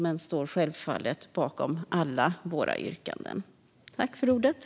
Jag står självfallet bakom alla våra övriga yrkanden.